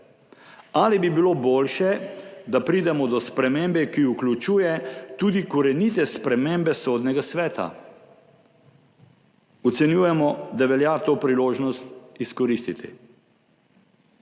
ali bi bilo boljše, da pridemo do spremembe, ki vključuje tudi korenite spremembe Sodnega sveta. Ocenjujemo, da velja to priložnost izkoristiti.